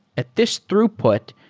at this throughput,